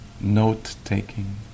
note-taking